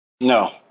No